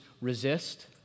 resist